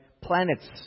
planets